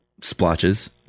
splotches